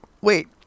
Wait